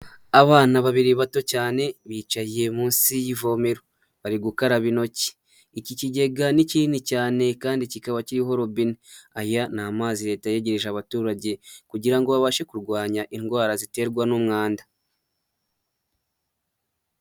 Abana babiri bato cyane bicaye munsi y'ivomero bari gukaraba intoki, iki kigega ni kinini cyane kandi kikaba kiriho robine, aya ni amazi Leta yegereje abaturage kugira ngo babashe kurwanya indwara ziterwa n'umwanda.